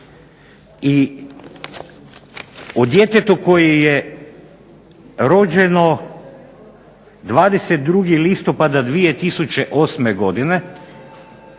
i o djetetu koje je rođeno 22. listopada 2008. godine,